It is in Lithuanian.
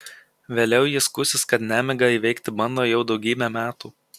vėliau ji skųsis kad nemigą įveikti bando jau daugybę metų